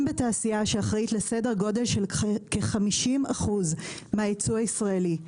בתעשייה שאחראית על כ-50% מהיצוא הישראלי,